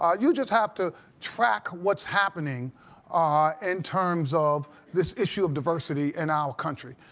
ah you just have to track what's happening in terms of this issue of diversity in our country.